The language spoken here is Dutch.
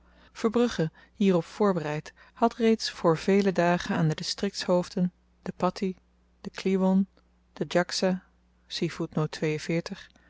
verbrugge hierop voorbereid had reeds voor vele dagen aan de distriktshoofden den patteh